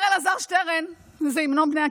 אומר אלעזר שטרן, זה המנון בני עקיבא.